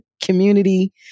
community